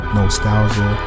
Nostalgia